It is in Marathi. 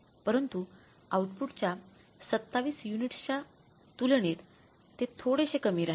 परंतु आउटपुटच्या 27 युनिट्सच्या तुलनेत तेथोडेसे कमी राहील